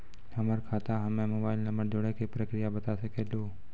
हमर खाता हम्मे मोबाइल नंबर जोड़े के प्रक्रिया बता सकें लू?